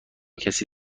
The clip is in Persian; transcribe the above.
کسی